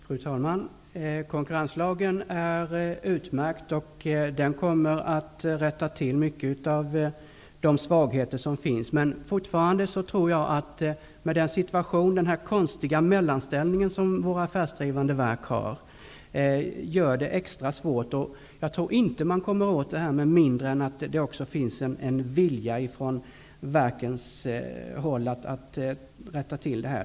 Fru talman! Konkurrenslagen är utmärkt. Den kommer att rätta till mycket av de svagheter som finns. Men jag tror fortfarande att den konstiga mellanställning som våra affärsdrivande verk har gör det extra svårt. Jag tror inte att vi kommer åt detta med mindre än att det också finns en vilja från verkens håll att rätta till det.